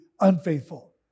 unfaithful